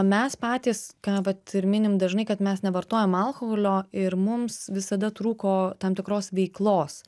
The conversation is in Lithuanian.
mes patys ką vat ir minim dažnai kad mes nevartojam alkoholio ir mums visada trūko tam tikros veiklos